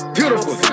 beautiful